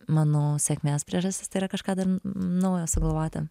manau sėkmės priežastis tai yra kažką naujo sugalvoti